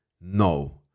no